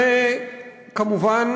וכמובן,